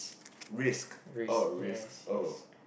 risk oh risk oh